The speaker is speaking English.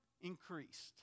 increased